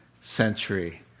century